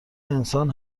انسان